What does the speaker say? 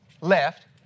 left